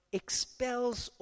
expels